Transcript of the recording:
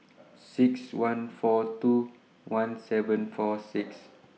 six one four two one seven four six